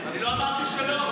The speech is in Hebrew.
אני לא אמרתי שלא,